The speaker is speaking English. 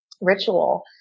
ritual